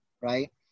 Right